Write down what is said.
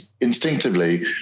instinctively